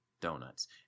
donuts